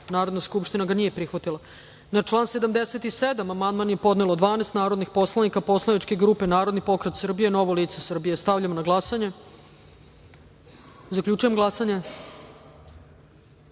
skupština ga nije prihvatila. Na član 77. amandman je podnelo 12 narodnih poslanika poslaničke grupe Narodni pokret Srbije – Novo lice Srbije. Stavljam na glasanje ovaj amandman. Zaključujem glasanje: